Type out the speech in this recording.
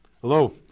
Hello